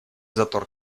затор